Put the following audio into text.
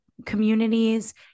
Communities